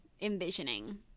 envisioning